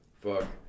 Fuck